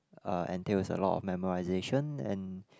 uh entails a lot of memorisation and